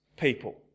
people